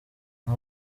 nta